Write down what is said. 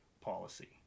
policy